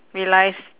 realise